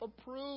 approved